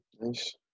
nice